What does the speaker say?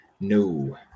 no